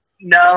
No